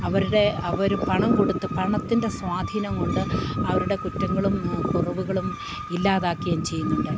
അവരുടെ അവര് പണം കൊടുത്ത് പണത്തിൻ്റെ സ്വാധീനം കൊണ്ട് അവരുടെ കുറ്റങ്ങളും കുറവുകളും ഇല്ലാതാക്കുകയും ചെയ്യുന്നുണ്ട്